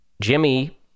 Jimmy